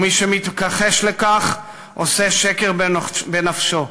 ומי שמתכחש לכך, עושה שקר בנפשו.